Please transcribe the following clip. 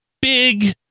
big